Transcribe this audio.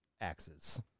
axes